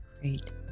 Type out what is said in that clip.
Great